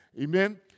Amen